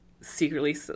secretly